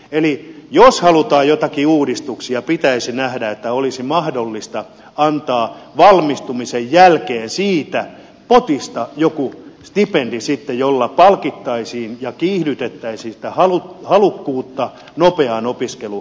eli jos halutaan joitakin uudistuksia pitäisi nähdä että olisi mahdollista antaa valmistumisen jälkeen siitä potista joku stipendi sitten jolla palkittaisiin ja kiihdytettäisiin sitä halukkuutta nopeaan opiskeluun